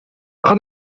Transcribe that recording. jan